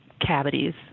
cavities